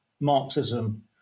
Marxism